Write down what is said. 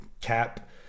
cap